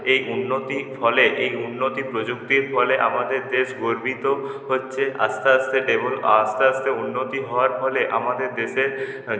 এই উন্নতি ফলে এই উন্নতি প্রযুক্তির ফলে আমাদের দেশ গর্বিত হচ্ছে আস্তে আস্তে আস্তে আস্তে উন্নতি হওয়ার ফলে আমাদের দেশে